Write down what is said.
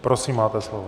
Prosím, máte slovo.